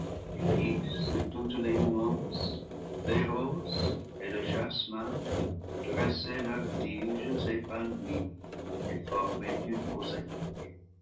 toutes les nuances les roses et le jasmin dressaient leurs tiges épanouies et formaient une